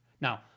Now